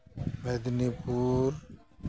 Medinipur